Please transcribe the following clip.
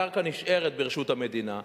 הקרקע נשארת ברשות המדינה.